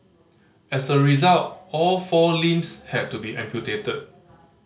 as a result all four limbs had to be amputated